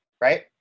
right